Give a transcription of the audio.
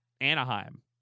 Anaheim